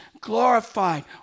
glorified